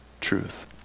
truth